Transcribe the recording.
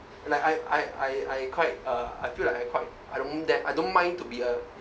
like I I I I quite uh I feel like I quite I don't that I don't mind to be a